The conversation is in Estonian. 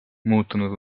muutunud